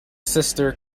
sister